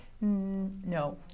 No